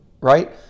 right